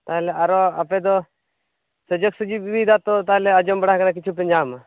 ᱛᱟᱦᱚᱞᱮ ᱟᱨᱚ ᱟᱯᱮ ᱫᱚ ᱥᱩᱡᱩᱠ ᱥᱩᱵᱤᱫᱟ ᱛᱚ ᱛᱟᱦᱚᱞᱮ ᱟᱸᱡᱚᱢ ᱵᱟᱲᱟ ᱟᱠᱟᱱᱟ ᱠᱤᱪᱷᱩ ᱯᱮ ᱧᱟᱢᱟ